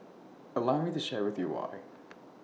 allow me to share with you why